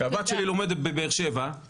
הבת שלי לומדת בבאר שבע,